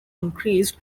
increased